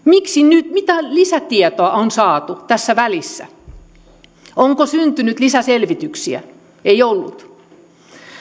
mitä lisätietoa on saatu tässä välissä onko syntynyt lisäselvityksiä ei ollut